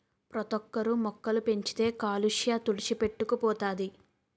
ప్రతోక్కరు మొక్కలు పెంచితే కాలుష్య తుడిచిపెట్టుకు పోతది